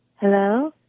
Hello